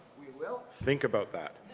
we will? think about that.